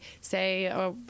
say